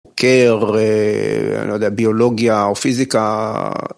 קר, אני לא יודע… ביולוגיה, פיזיקה.